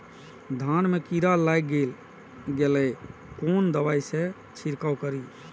धान में कीरा लाग गेलेय कोन दवाई से छीरकाउ करी?